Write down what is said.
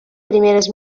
primeres